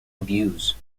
abuse